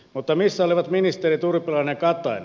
mutta missä olivat ministerit urpilainen ja katainen